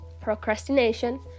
procrastination